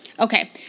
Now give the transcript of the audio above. Okay